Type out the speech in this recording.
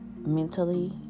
mentally